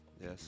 Yes